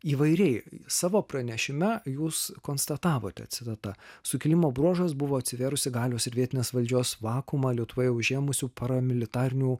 įvairiai savo pranešime jūs konstatavote citata sukilimo bruožas buvo atsivėrusi galios ir vietinės valdžios vakuumą lietuvoje užėmusių paramilitarinių